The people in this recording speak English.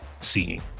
seeing